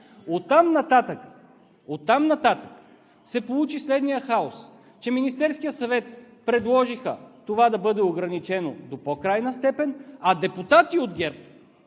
Оттам нататък се получи следният хаос, че Министерският съвет предложиха това да бъде ограничено до по-крайна степен, а депутати от ГЕРБ